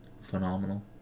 phenomenal